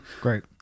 Great